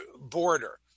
border